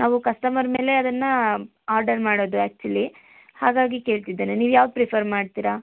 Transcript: ನಾವು ಕಸ್ಟಮರ್ ಮೇಲೆ ಅದನ್ನು ಆರ್ಡರ್ ಮಾಡೋದು ಆ್ಯಕ್ಚುಲಿ ಹಾಗಾಗಿ ಕೇಳ್ತಿದ್ದೇನೆ ನೀವು ಯಾವ್ದು ಪ್ರಿಫರ್ ಮಾಡ್ತೀರಾ